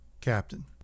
captain